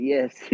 Yes